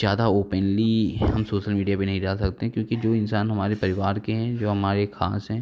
ज़्यादा ओपेनली हम social media पे नहीं डाल सकते हैं क्योंकि जो इंसान हमारे परिवार के हैं जो हमारे खास हैं